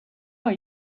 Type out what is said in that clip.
are